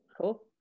Cool